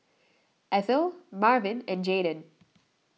Ethyle Marvin and Jaydon